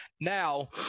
Now